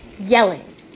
yelling